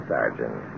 Sergeant